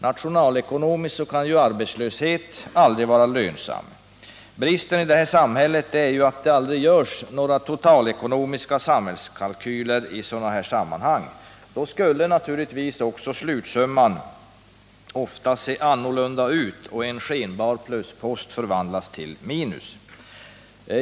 Nationalekonomiskt kan ju arbetslöshet aldrig vara lönsam. Bristen i detta samhälle är ju att det aldrig görs några totalekonomiska kalkyler i sådana här sammanhang. Om man gjorde kalkyler av det slaget skulle naturligtvis slutsumman ofta se annorlunda ut och en skenbar pluspost förvandlas till en minuspost.